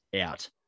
out